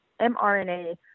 mRNA